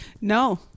No